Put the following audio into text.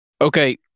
Okay